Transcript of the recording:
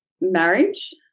Marriage